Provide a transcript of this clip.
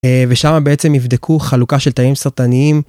ושמה בעצם יבדקו חלוקה של תאים סרטניים.